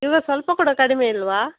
ಇವಾಗ ಸ್ವಲ್ಪ ಕೂಡ ಕಡಿಮೆ ಇಲ್ಲವಾ